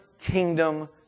kingdom